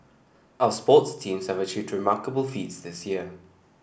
our sports teams have achieved remarkable feats this year